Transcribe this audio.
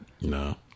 No